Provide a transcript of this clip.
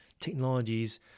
technologies